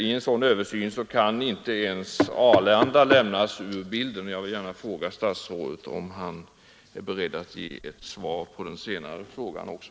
I en sådan översyn kan inte heller Arlanda lämnas ur bilden, och jag vill gärna fråga statsrådet om han är beredd att ge ett svar på den frågan också.